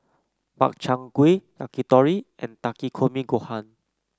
Makchang Gui Yakitori and Takikomi Gohan